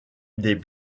des